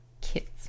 kid's